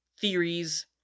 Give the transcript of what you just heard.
theories